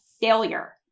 failure